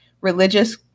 religious